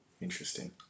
interesting